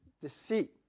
deceit